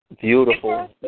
beautiful